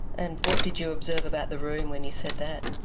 and what did you observe about the room when you said that?